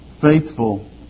faithful